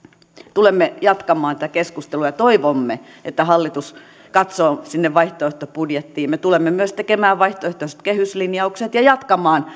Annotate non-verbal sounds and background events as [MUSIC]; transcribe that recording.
tulemme jatkamaan tätä keskustelua ja toivomme että hallitus katsoo sinne vaihtoehtobudjettiimme me tulemme myös tekemään vaihtoehtoiset kehyslinjaukset ja jatkamaan [UNINTELLIGIBLE]